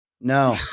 no